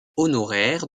honoraire